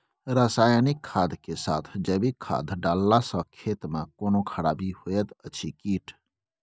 रसायनिक खाद के साथ जैविक खाद डालला सॅ खेत मे कोनो खराबी होयत अछि कीट?